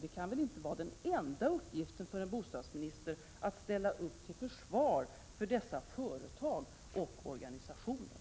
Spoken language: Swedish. Det kan väl inte vara den enda uppgiften för en bostadsminister att ställa upp till försvar för dessa företag och organisationer.